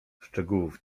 szczegółów